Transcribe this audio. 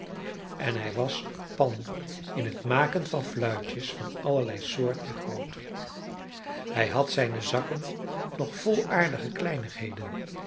en hij was een pan in het maken van fluitjes van allerlei soort en grootte hij had zijne zakken nog vol aardige kleinigheden